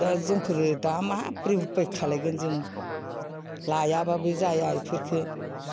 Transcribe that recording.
दा जों दा माब्रैबा खालामगोन जों लायाबाबो जाया एफोरखो